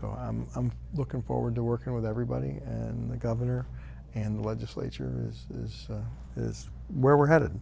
so i'm looking forward to working with everybody and the governor and legislature is as is where we're headed